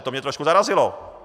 To mě trošku zarazilo.